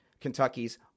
Kentucky's